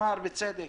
בצדק